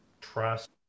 trust